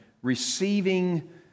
receiving